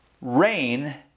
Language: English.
Rain